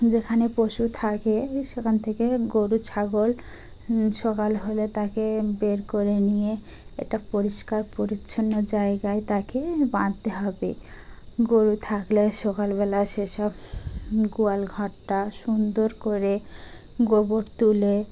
যেখানে পশু থাকে সেখান থেকে গরু ছাগল সকাল হলে তাকে বের করে নিয়ে একটা পরিষ্কার পরিচ্ছন্ন জায়গায় তাকে বাঁধতে হবে গরু থাকলে সকালবেলা সেসব গোয়াল ঘরটা সুন্দর করে গোবর তুলে